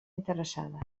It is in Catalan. interessada